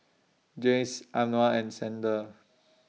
Jayce Anwar and Xander